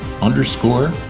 underscore